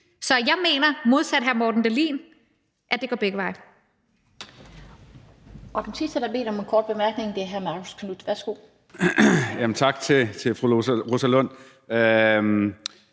Så jeg mener – modsat hr. Morten Dahlin – at det går begge veje.